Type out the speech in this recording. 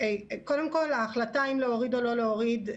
קודם כל, ההחלטה אם להוריד או לא להוריד,